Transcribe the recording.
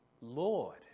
Lord